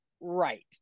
right